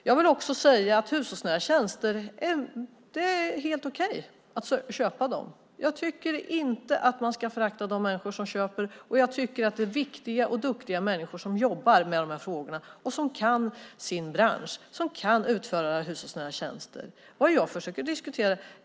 Jag vill också säga att det är helt okej att köpa hushållsnära tjänster. Jag tycker inte att man ska förakta de människor som köper dem. Och jag tycker att det är viktiga och duktiga människor som jobbar med de här frågorna. De kan sin bransch; de kan utföra hushållsnära tjänster. Vad jag försöker diskutera är vad som är rimligt.